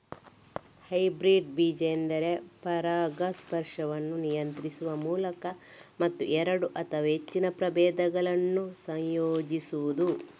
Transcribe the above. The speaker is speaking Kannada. ಹೈಬ್ರಿಡ್ ಬೀಜ ಎಂದರೆ ಪರಾಗಸ್ಪರ್ಶವನ್ನು ನಿಯಂತ್ರಿಸುವ ಮೂಲಕ ಮತ್ತು ಎರಡು ಅಥವಾ ಹೆಚ್ಚಿನ ಪ್ರಭೇದಗಳನ್ನ ಸಂಯೋಜಿಸುದು